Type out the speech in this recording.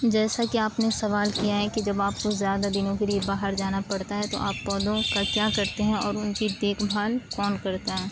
جیسا کہ آپ نے سوال کیا ہے کہ جب آپ کو زیادہ دنوں کے لیے باہر جانا پرتا ہے تو آپ پودوں کا کیا کرتے ہیں اور ان کی دیکھ بھال کون کرتا ہے